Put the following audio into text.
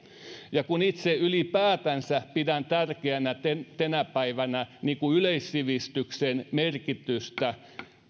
ja kun itse ylipäätänsä pidän tärkeänä tänä päivänä yleissivistyksen merkitystä